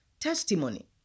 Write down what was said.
testimony